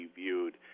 viewed